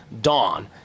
Dawn